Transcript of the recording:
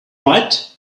right